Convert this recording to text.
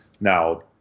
Now